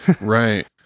Right